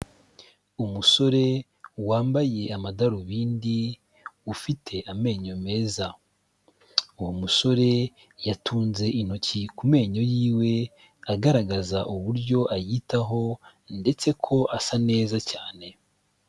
Umusore wambaye amadarubindi, ufite amenyo meza. Uwo musore yatunze intoki ku menyo yiwe, agaragaza uburyo ayitaho, ndetse ko asa neza cyane.